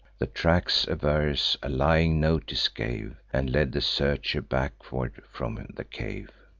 the tracks averse a lying notice gave, and led the searcher backward from the cave.